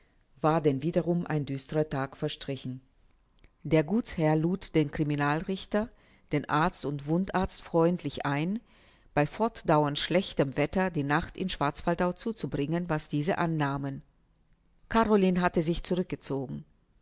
war denn wiederum ein düsterer tag verstrichen der gutsherr lud den criminalrichter den arzt und wundarzt freundlich ein bei fortdauernd schlechtem wetter die nacht in schwarzwaldau zuzubringen was diese annahmen caroline hatte sich zurückgezogen